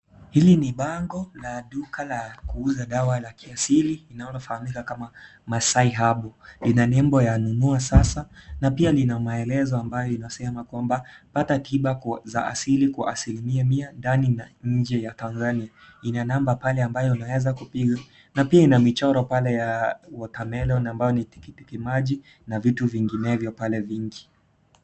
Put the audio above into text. Hili ni bango la duka la kuuza dawa la kiasili linalofahamika kama Masai Herbal lina nembo ya nunua sasa na pia lina maelezo ambayo insema kwamba pata tiba kwa za asili kwa asili mia mia ndani na nje ya Tanzania lina namba pale ambayo unaweza kupiga na pia ina michoro pale ya watermelon ambayo ni tikitiki maji na vitu vinginevyo pale vingi.